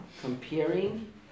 comparing